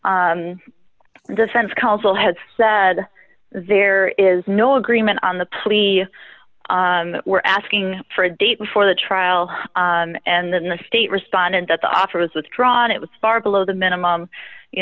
defense counsel has said there is no agreement on the plea we're asking for a date for the trial and then the state responded that the offer was withdrawn it was far below the minimum you